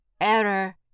Error